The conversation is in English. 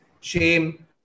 shame